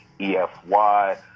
E-F-Y